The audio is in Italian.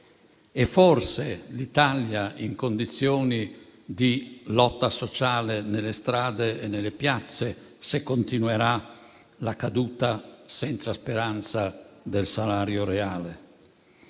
e forse l'Italia in condizioni di lotta sociale nelle strade e nelle piazze, se continuerà la caduta senza speranza del salario reale?